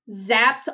zapped